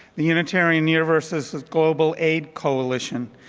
the unitarian universalist global aids coalition,